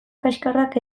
kaxkarrak